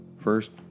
First